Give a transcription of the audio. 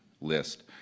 list